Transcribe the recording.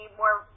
more